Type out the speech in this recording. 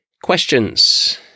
Questions